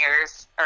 years